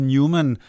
Newman